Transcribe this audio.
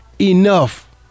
enough